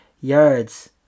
yards